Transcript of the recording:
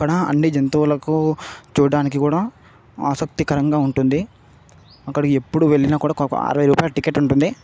అక్కడ అన్ని జంతువులకు చూడ్డానికి కూడా ఆసక్తికరంగా ఉంటుంది అక్కడ ఎప్పుడు వెళ్ళినా కూడా కొ ఒక అరవై రూపాయల టికెట్టుంటుంది